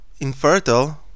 infertile